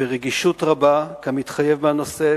ברגישות רבה כמתחייב מהנושא,